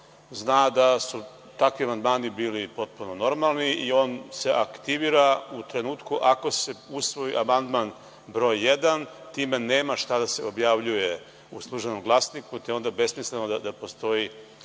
zna da su takvi amandmani bili potpuno normalno, i on se aktivira u trenutku ako se usvoji amandman broj 1. Time nema šta da se objavljuje u „Službenom glasniku“. Onda je besmisleno da postoji